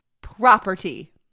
Property